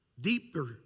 deeper